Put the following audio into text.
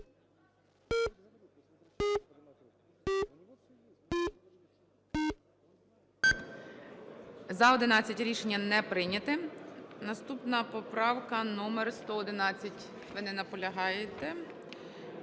За-66 Рішення не прийнято. Наступна поправка номер 124. Не наполягає